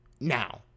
Now